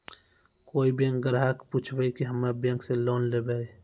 कोई बैंक ग्राहक पुछेब की हम्मे बैंक से लोन लेबऽ?